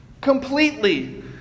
completely